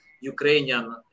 Ukrainian